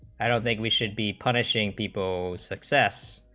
like we should be punishing people success